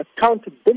Accountability